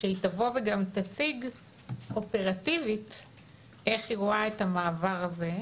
שהיא גם תבוא ותציג אופרטיבית איך היא רואה את המעבר הזה,